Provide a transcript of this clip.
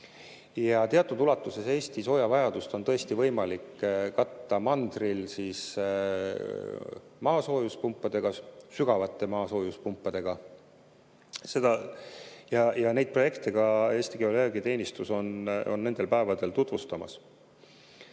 Teatud ulatuses on Eesti soojavajadust tõesti võimalik katta mandril maasoojuspumpadega, sügavate maasoojuspumpadega. Neid projekte on Eesti Geoloogiateenistus nendel päevadel ka tutvustamas.